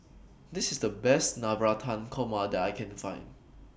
This IS The Best Navratan Korma that I Can Find